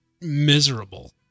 miserable